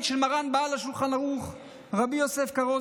של מרן בעל השולחן ערוך רבי יוסף קארו,